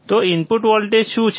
તો input voltage શું છે